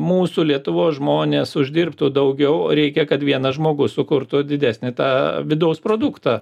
mūsų lietuvos žmonės uždirbtų daugiau reikia kad vienas žmogus sukurtų didesnį tą vidaus produktą